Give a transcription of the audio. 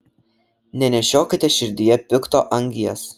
nenešiokite širdyje pikto angies